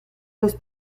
los